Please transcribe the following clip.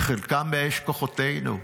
חלקם מאש כוחותינו,